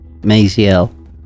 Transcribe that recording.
Maziel